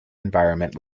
environment